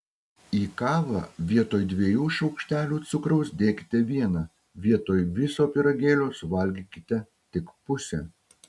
į kavą vietoj dviejų šaukštelių cukraus dėkite vieną vietoj viso pyragėlio suvalgykite tik pusę